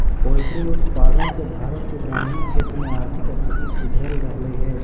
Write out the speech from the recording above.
poultry उत्पाद से भारत के ग्रामीण क्षेत्र में आर्थिक स्थिति सुधर रहलई हे